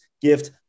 gift